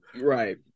right